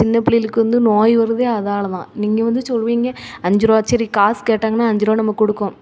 சின்னப்புள்ளைகளுக்கு வந்து நோய் வர்றதே அதால தான் நீங்கள் வந்து சொல்வீங்க அஞ்சுருபா சரி காசு கேட்டாங்கன்னா அஞ்சுருபா நம்ம கொடுக்குறோம்